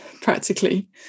practically